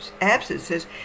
absences